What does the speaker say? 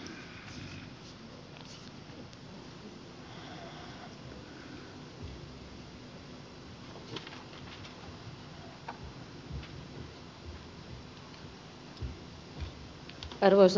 arvoisa puhemies